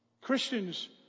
Christians